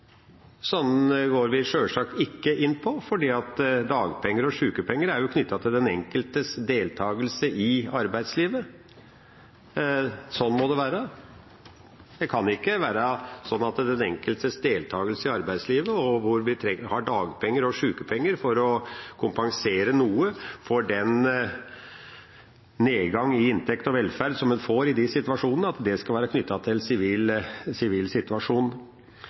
går vi sjølsagt ikke inn på, for dagpenger og sykepenger er knyttet til den enkeltes deltakelse i arbeidslivet. Sånn må det være. Det kan ikke være sånn at den enkeltes deltakelse i arbeidslivet, hvor vi har dagpenger og sykepenger for å kompensere noe for den nedgang i inntekt og velferd som en får i de situasjonene, skal være knyttet til